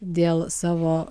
dėl savo